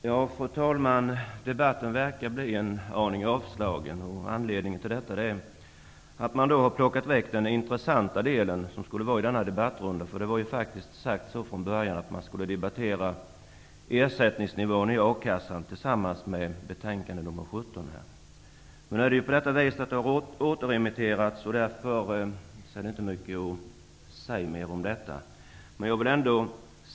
Fru talman! Debatten verkar bli en aning avslagen. Anledningen till detta är att man har tagit bort den intressanta delen, som skulle ha ingått i denna debattrunda. Det var ju faktiskt från början sagt att man skulle debattera ersättningsnivån i a-kassan i samband med betänkande AU17. Nu har frågan återremitterats, därför finns det inte mycket mer att säga om den.